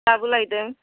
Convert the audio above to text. दाबो लायदों